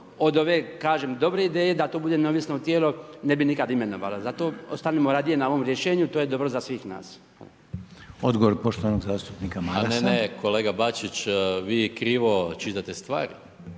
od ove kažem dobre ideje da to bude neovisno tijelo ne bi nikad imenovalo. Zato ostanimo radije na ovom rješenju, to je dobro za se nas. **Reiner, Željko (HDZ)** Odgovor poštovanog zastupnika Marasa. **Maras, Gordan (SDP)** A ne, ne, kolega Bačić vi krivo čitate stvari.